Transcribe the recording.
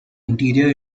interior